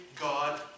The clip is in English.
God